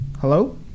hello